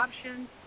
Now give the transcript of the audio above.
options